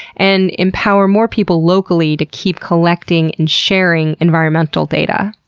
and empower more people locally to keep collecting and sharing environmental data.